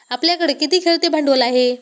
आपल्याकडे किती खेळते भांडवल आहे?